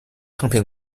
唱片